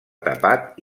tapat